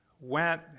went